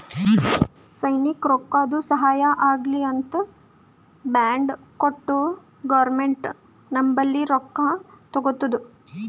ಸೈನ್ಯಕ್ ರೊಕ್ಕಾದು ಸಹಾಯ ಆಲ್ಲಿ ಅಂತ್ ಬಾಂಡ್ ಕೊಟ್ಟು ಗೌರ್ಮೆಂಟ್ ನಂಬಲ್ಲಿ ರೊಕ್ಕಾ ತಗೊತ್ತುದ